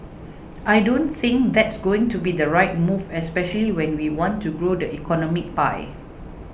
I don't think that's going to be the right move especially when we want to grow the economic pie